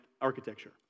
architecture